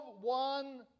one